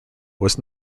was